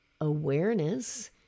awareness